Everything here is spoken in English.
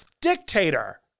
dictator